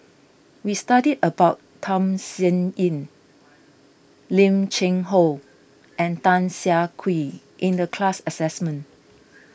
we studied about Tham Sien Yen Lim Cheng Hoe and Tan Siah Kwee in the class assessment